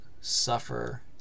suffer